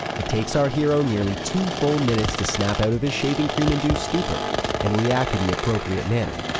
it takes our hero nearly two full minutes to snap out of his shaving cream induced stupor and react in the appropriate manner.